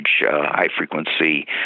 high-frequency